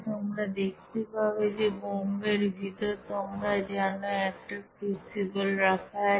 তোমরা দেখতে পাবে যে বোম্ব এর ভিতর তোমরা জানো একটা ক্রুসিবল রাখা আছে